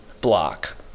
block